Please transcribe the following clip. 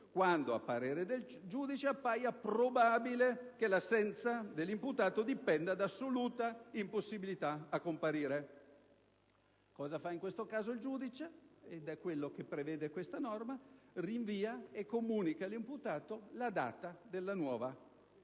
quando, a suo parere, appaia probabile che l'assenza dell'imputato dipenda dall'assoluta impossibilità a comparire. Che cosa fa in questo caso il giudice? Quello che prevede questa norma: rinvia e comunica all'imputato la data della nuova